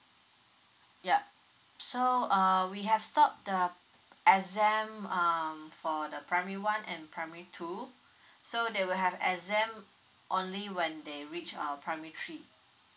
yup so uh we have stop the exam um for the primary one and primary two so they will have exam only when they reach our primary three